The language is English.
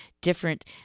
different